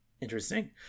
Interesting